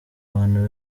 abantu